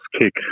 kick